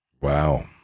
Wow